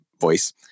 voice